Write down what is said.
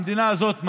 המדינה הזאת,